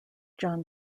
john